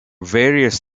various